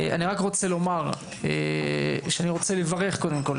אני רק רוצה לומר שאני רוצה לברך קודם כל,